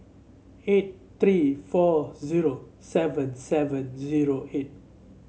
eight three four zero seven seven zero eight